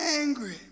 angry